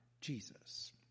Jesus